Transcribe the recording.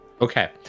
Okay